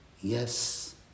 yes